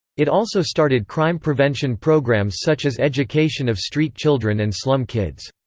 it also started crime prevention programmes such as education of street children and slum kids.